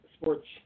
sports